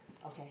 okay